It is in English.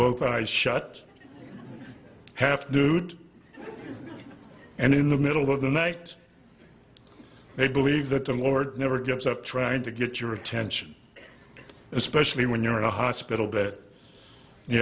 both eyes shut half nude and in the middle of the night they believe that the lord never gives up trying to get your attention especially when you're in a hospital